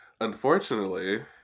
Unfortunately